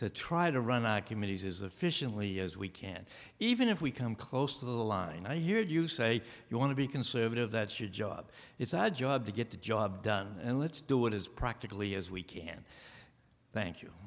to try to run our committees is officially as we can even if we come close to the line i hear you say you want to be conservative that's your job it's our job to get the job done and let's do it as practically as we can thank you